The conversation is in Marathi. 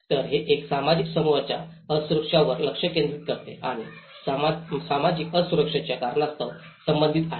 तर हे एका सामाजिक समूहाच्या असुरक्षावर लक्ष केंद्रित करते आणि सामाजिक असुरक्षाच्या कारणास्तव संबंधित आहे